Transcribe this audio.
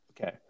Okay